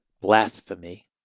blasphemy